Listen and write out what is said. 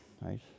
right